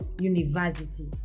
university